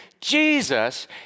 Jesus